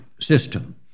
system